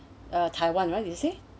uh taiwan right you say